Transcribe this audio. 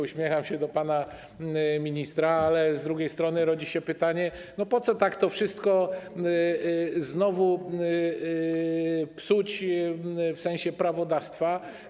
Uśmiecham się do pana ministra, ale z drugiej strony rodzi się pytanie, po co to wszystko znowu tak psuć, w sensie prawodawstwa.